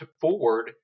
forward